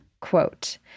Quote